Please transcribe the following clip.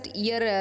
year